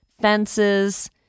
fences